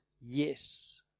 yes